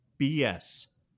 BS